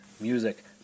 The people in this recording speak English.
music